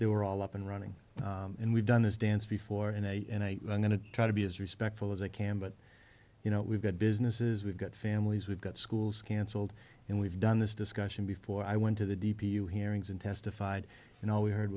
they were all up and running and we've done this dance before and i am going to try to be as respectful as i can but you know we've got businesses we've got families we've got schools cancelled and we've done this discussion before i went to the d p you hearings and testified and all we heard